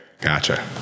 Gotcha